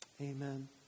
Amen